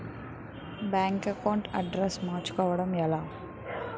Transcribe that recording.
Bank account address మార్చుకోవడం ఎలా?